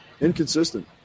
Inconsistent